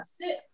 sit